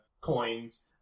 coins